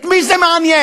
את מי זה מעניין?